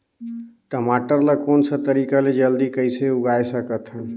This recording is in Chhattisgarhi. टमाटर ला कोन सा तरीका ले जल्दी कइसे उगाय सकथन?